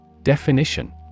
Definition